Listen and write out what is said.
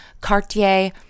Cartier